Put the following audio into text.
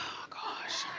oh gosh.